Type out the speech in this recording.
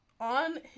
on